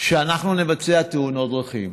שאנחנו נבצע תאונות דרכים.